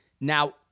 Now